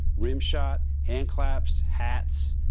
rimshot, handclaps, hats,